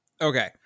Okay